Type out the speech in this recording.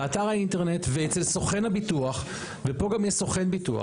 באתר האינטרנט ואצל סוכן הביטוח ופה גם יש סוכן ביטוח,